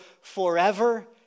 forever